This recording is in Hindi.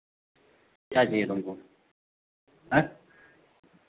क्या चाहिए तुमको आँय